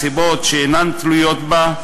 מסיבות שאינן תלויות בה,